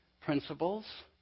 principles